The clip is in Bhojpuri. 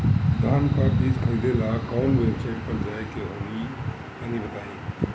धान का बीज खरीदे ला काउन वेबसाइट पर जाए के होई तनि बताई?